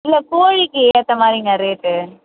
இல்லை கோழிக்கு ஏற்ற மாதிரிங்க ரேட்டு